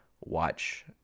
watch